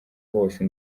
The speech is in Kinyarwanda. bose